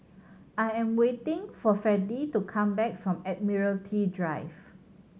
I am waiting for Freddie to come back from Admiralty Drive